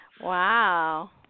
Wow